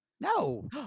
No